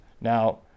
Now